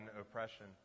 oppression